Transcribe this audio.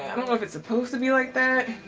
i don't know if it's supposed to be like that.